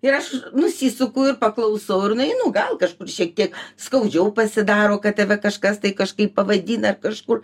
ir aš nusisuku ir paklausau ir nueinu gal kažkur šiek tiek skaudžiau pasidaro kad tave kažkas tai kažkaip pavadina kažkur